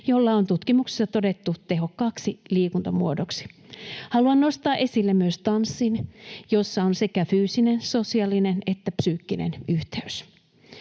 joka on tutkimuksissa todettu tehokkaaksi liikuntamuodoksi. Haluan nostaa esille myös tanssin, jossa on sekä fyysinen, sosiaalinen että psyykkinen yhteys.